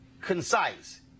concise